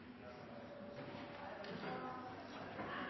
Neste